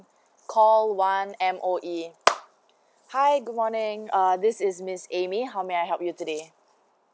call one M_O_E hi good morning err this is miss amy how may I help you today